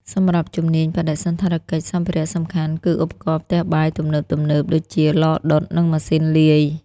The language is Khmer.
សម្រាប់ជំនាញ បដិសណ្ឋារកិច្ច សម្ភារៈសំខាន់គឺឧបករណ៍ផ្ទះបាយទំនើបៗដូចជាឡដុតនិងម៉ាស៊ីនលាយ។